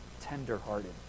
tender-hearted